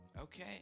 Okay